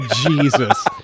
Jesus